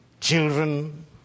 Children